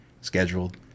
scheduled